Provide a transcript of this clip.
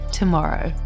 tomorrow